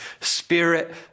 spirit